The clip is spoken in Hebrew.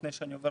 לפני שאני עובר